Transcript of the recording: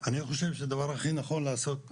אני חושב שהדבר הכי נכון לעשות,